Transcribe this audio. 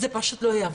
זה פשוט לא יעבוד.